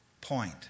point